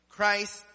Christ